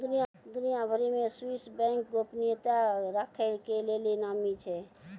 दुनिया भरि मे स्वीश बैंक गोपनीयता राखै के लेली नामी छै